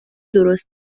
درست